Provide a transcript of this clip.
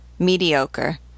Mediocre